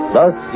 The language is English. Thus